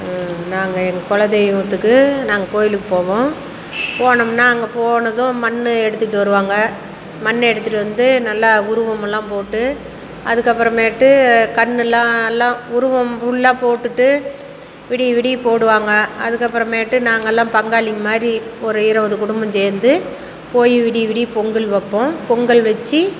நாங்கள் எங்கள் குல தெய்வத்துக்கு நாங்கள் கோயிலுக்கு போவோம் போனோம்னா அங்கே போனதும் மண்ணு எடுத்துகிட்டு வருவாங்க மண்ணு எடுத்துகிட்டு வந்து நல்லா உருவமெல்லாம் போட்டு அதுக்கப்புறமேட்டு கண்ணு எல்லாம் எல்லாம் உருவம் ஃபுல்லாக போட்டுகிட்டு விடிய விடிய போடுவாங்க அதுக்கப்புறமேட்டு நாங்கெல்லாம் பங்காளிங்க மாதிரி ஒரு இருவது குடும்பம் சேர்ந்து போய் விடிய விடிய பொங்கல் வைப்போம் பொங்கல் வச்சு